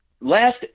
Last